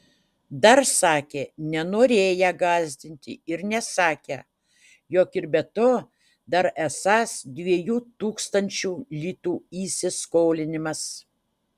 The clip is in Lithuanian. dar sakė nenorėję gąsdinti ir nesakę jog ir be to dar esąs dviejų tūkstančių litų įsiskolinimas